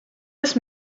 ist